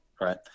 right